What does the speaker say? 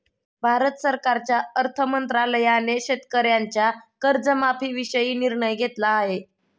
भारत सरकारच्या अर्थ मंत्रालयाने शेतकऱ्यांच्या कर्जमाफीविषयी निर्णय घेतला आहे